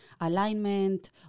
alignment